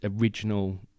original